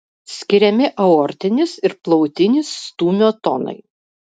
skiriami aortinis ir plautinis stūmio tonai